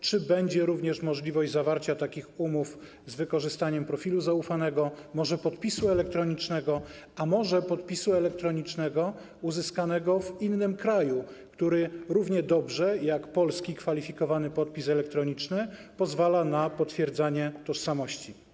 Czy będzie również możliwość zawarcia takich umów z wykorzystaniem profilu zaufanego, może podpisu elektronicznego, a może podpisu elektronicznego uzyskanego w innym kraju, który równie dobrze jak polski kwalifikowany podpis elektroniczny pozwala na potwierdzanie tożsamości?